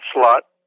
slot